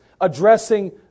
addressing